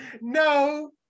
No